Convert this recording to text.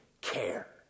care